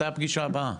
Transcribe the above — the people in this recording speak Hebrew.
מתי הפגישה הבאה?